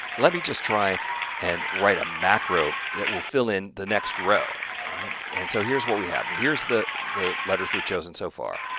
let me just try and write a macro that will fill in the next row, right? and so here's what we have here's the the letters we've chosen so far,